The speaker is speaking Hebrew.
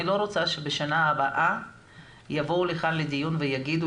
אני ממש לא רוצה שבשנה הבאה יבואו לכאן לדיון ויגידו